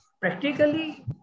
practically